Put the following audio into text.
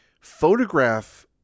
photograph